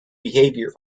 behaviour